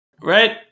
Right